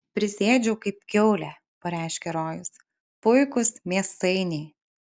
prisiėdžiau kaip kiaulė pareiškė rojus puikūs mėsainiai